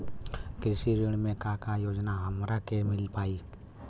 कृषि ऋण मे का का योजना हमरा के मिल पाई?